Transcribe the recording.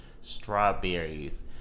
strawberries